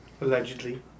Allegedly